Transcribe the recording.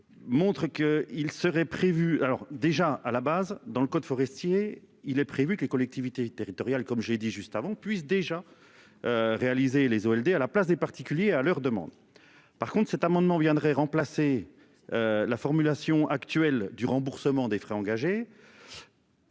Montrer que il serait prévu alors déjà à la base dans le code forestier, il est prévu que les collectivités territoriales comme j'ai dit juste avant puisse déjà. Réalisé les ALD à la place des particuliers à leur demande. Par contre cet amendement viendrait remplacer. La formulation actuelle du remboursement des frais engagés.